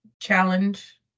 challenge